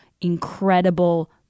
incredible